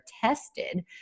tested